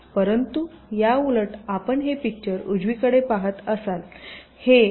परंतु याउलट आपण हे पिक्चर उजवीकडे पहात आहात